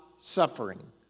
suffering